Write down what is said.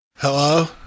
Hello